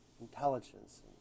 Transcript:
intelligence